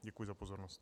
Děkuji za pozornost.